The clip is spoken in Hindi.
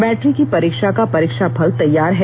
मैट्रिक की परीक्षा का परीक्षाफल तैयार है